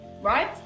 right